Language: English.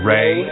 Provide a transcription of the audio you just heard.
Ray